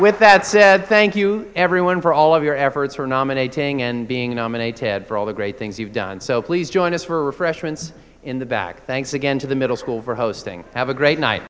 whip that said thank you everyone for all of your efforts for nominating and being nominated for all the great things you've done so please join us for refreshments in the back thanks again to the middle school for hosting have a great night